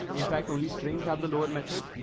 in fact only strings have the lower method.